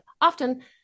often